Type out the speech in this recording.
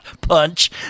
Punch